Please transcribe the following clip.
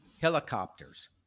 helicopters